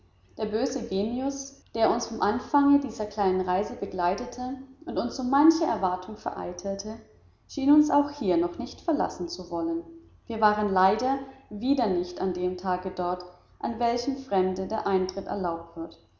der böse genius der uns vom anfange dieser kleinen reise begleitete und uns so manche erwartung vereitelte schien uns auch hier noch nicht verlassen zu wollen wir waren leider wieder nicht an dem tage dort an welchem fremden der eintritt erlaubt